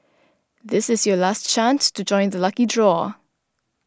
this is your last chance to join the lucky draw